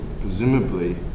Presumably